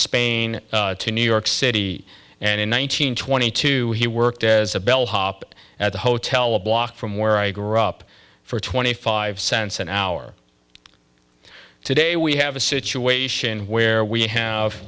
spain to new york city and in one nine hundred twenty two he worked as a bellhop at the hotel a block from where i grew up for twenty five cents an hour today we have a situation where we have